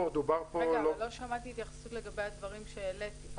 אבל לא שמעתי התייחסות לגבי הדברים שהעליתי.